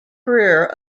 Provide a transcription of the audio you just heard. career